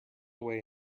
away